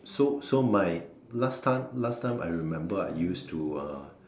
so so my last time last time I remember I used to uh